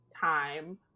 time